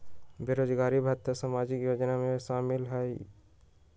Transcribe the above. बेरोजगारी भत्ता सामाजिक योजना में शामिल ह ई?